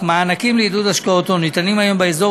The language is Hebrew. אך מענקים לעידוד השקעות הון ניתנים היום באזור